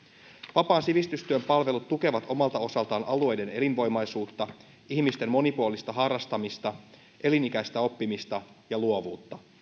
vapaan sivistystyön palvelut tukevat omalta osaltaan alueiden elinvoimaisuutta ihmisten monipuolista harrastamista elinikäistä oppimista ja luovuutta